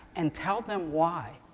and tell them why.